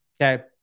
okay